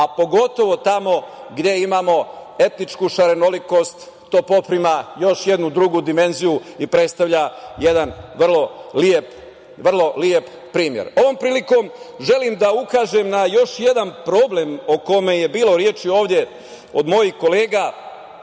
a pogotovo tamo gde imamo etičku šarenolikost, to poprima još jednu drugu dimenziju i predstavlja jedan vrlo lep primer. Ovom prilikom želim da ukažem na još jedan problem o kome je bilo reči ovde od mojih kolega